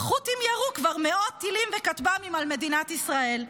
החות'ים ירו כבר מאות טילים וכטב"מים על מדינת ישראל.